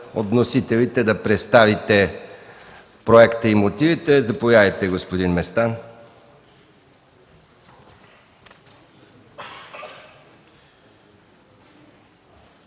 вносителите да представят проекта и мотивите. Заповядайте, господин Местан.